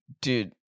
Dude